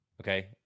Okay